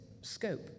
scope